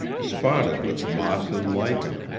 spotted with moss and lichen.